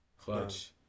Clutch